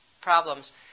problems